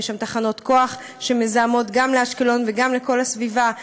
יש שם תחנות כוח שמזהמות גם לאשקלון וגם לכל הסביבה.